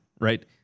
right